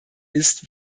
ist